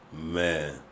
Man